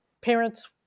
parents